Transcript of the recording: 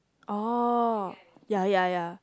oh ya ya ya